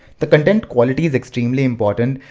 the content quality is extremely important,